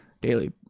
daily